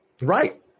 Right